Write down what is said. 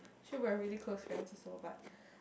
actually we're really close friends also but